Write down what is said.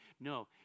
No